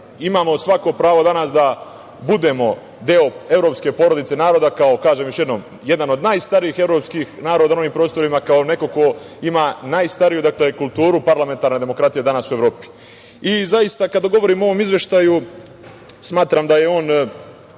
imamo svako pravo danas da budemo deo evropske porodice naroda kao, kažem još jednom, jedan od najstarijih evropskih naroda na ovim prostorima, kao neko ko ima najstariju kulturu parlamentarne demokratije danas u Evropi. Zaista, kada govorim o ovom izveštaju, smatram da je on